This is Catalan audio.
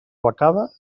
becada